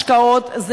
מי שמוכר את המשקאות,